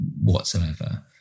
whatsoever